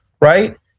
right